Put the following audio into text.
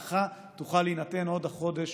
כדי שההנחה תוכל להינתן עוד החודש